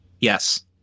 Yes